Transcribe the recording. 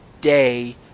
day